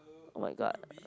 oh-my-god